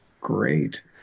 great